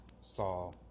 saw